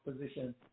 position